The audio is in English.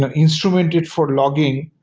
ah instrumented for logging,